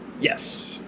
Yes